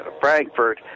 Frankfurt